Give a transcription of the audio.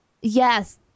Yes